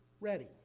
ready